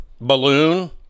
balloon